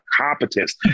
competence